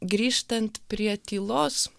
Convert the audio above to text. grįžtant prie tylos